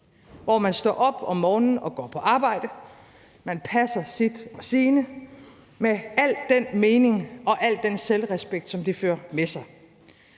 hvor man står op om morgenen og går på arbejde, hvor man passer sit og sine med al den mening og al den selvrespekt, som det fører med sig,